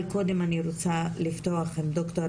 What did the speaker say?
אבל קודם אני רוצה לפתוח עם ד"ר